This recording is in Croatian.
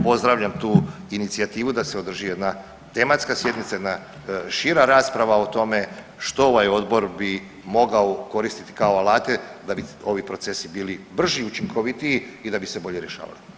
Pozdravljam tu inicijativu da se održi jedna tematska sjednica, jedna šira rasprava o tome što ovaj odbor bi mogao koristiti kao alate da bi ovi procesi bili brži i učinkovitiji i da bi se bolje rješavali.